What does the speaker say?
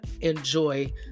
enjoy